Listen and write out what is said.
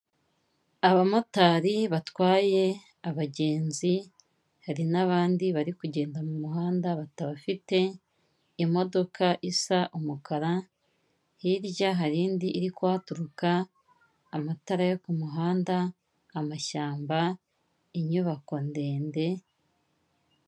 Abamotari batwaye abagenzi, hari n'abandi bari kugenda mu muhanda batabafite, imodoka isa umukara, hirya hari indi iri kuhaturuka, amatara yo ku muhanda, amashyamba, inyubako ndende.